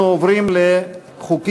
אנחנו עוברים לחוקים.